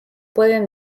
pueden